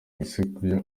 guserukira